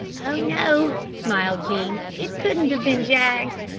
oh no, smiled jean, it couldn't have been jaggs.